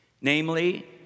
Namely